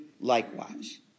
likewise